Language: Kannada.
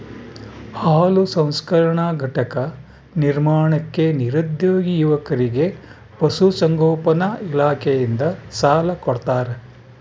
ಹಾಲು ಸಂಸ್ಕರಣಾ ಘಟಕ ನಿರ್ಮಾಣಕ್ಕೆ ನಿರುದ್ಯೋಗಿ ಯುವಕರಿಗೆ ಪಶುಸಂಗೋಪನಾ ಇಲಾಖೆಯಿಂದ ಸಾಲ ಕೊಡ್ತಾರ